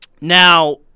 Now